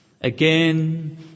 again